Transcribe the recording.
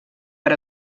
per